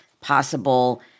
possible